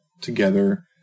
together